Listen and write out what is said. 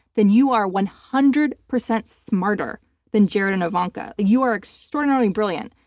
then you are one hundred percent smarter than jared and ivanka. you're extraordinarily brilliant,